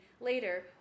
Later